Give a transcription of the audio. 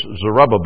Zerubbabel